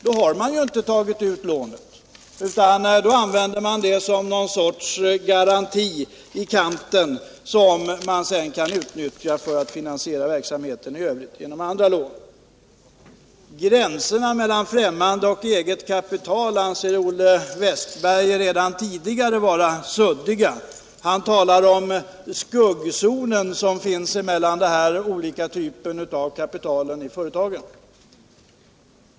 Då har man alltså inte tagit ut lånet utan använder det som någon sorts ”garanti i kanten”, som man sedan kan utnyttja för att finansiera verksamheten i övrigt genom andra lån. Gränserna mellan främmande kapital och eget kapital anser Olle Wästberg redan tidigare vara suddiga. Han talar om skuggzonen mellan olika typer av kapital i företagen.